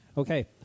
Okay